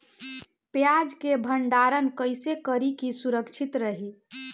प्याज के भंडारण कइसे करी की सुरक्षित रही?